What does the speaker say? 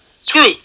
Screw